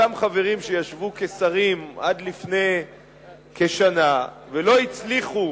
אותם חברים שישבו כשרים עד לפני כשנה ולא הצליחו